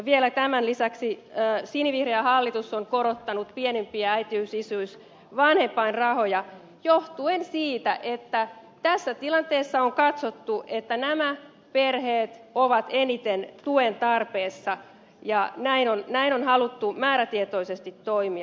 vielä tämän lisäksi sinivihreä hallitus on korottanut pienimpiä äitiys isyys ja vanhempainrahoja johtuen siitä että tässä tilanteessa on katsottu että nämä perheet ovat eniten tuen tarpeessa ja näin on haluttu määrätietoisesti toimia